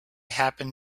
happen